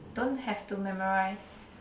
don't have to memorise